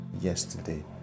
yesterday